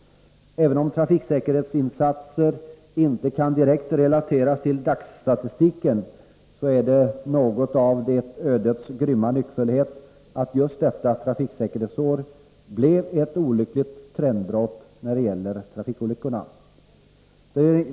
Även om trafiksäkerhetsinsatser inte kan direkt relateras till dagsstatistiken, så är det något av ett ödets grymma nyckfullhet att just detta trafiksäkerhetsår medförde ett olyckligt trendbrott när det gäller trafikolyckorna.